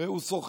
הרי הוא סוחר